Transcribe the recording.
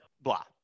Blah